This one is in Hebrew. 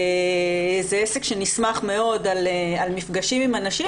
זה עסק שנסמך מאוד על מפגשים עם אנשים,